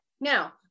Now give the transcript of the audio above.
now